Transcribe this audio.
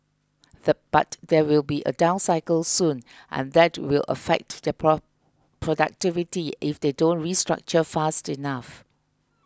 the but there will be a down cycle soon and that will affect their productivity if they don't restructure fast enough